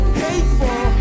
hateful